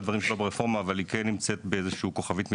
דברים שהם לא ברפורמה אבל היא כן נמצאת באיזושהי כוכבית מלמעלה,